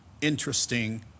interesting